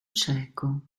cieco